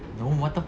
no what the